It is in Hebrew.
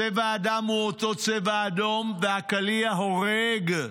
צבע הדם הוא אותו צבע אדום, והקליע הורג,